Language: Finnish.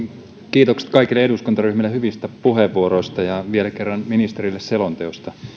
kiitokset kaikille eduskuntaryhmille hyvistä puheenvuoroista ja vielä kerran ministerille selonteosta